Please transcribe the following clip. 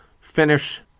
finish